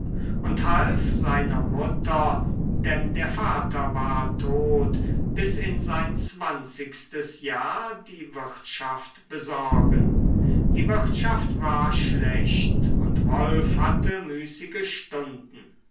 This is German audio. und half seiner mutter denn der vater war tot bis in sein zwanzigstes jahr die wirtschaft besorgen die wirtschaft war schlecht und wolf hatte müßige stunden